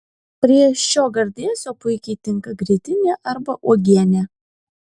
prie šio gardėsio puikiai tinka grietinė arba uogienė